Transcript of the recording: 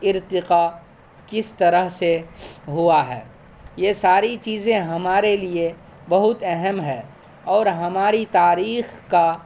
ارتقا کس طرح سے ہوا ہے یہ ساری چیزیں ہمارے لیے بہت اہم ہے اور ہماری تاریخ کا